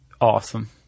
Awesome